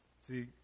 See